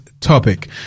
topic